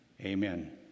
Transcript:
Amen